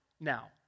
now